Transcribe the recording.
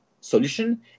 solution